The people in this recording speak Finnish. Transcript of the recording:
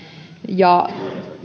ja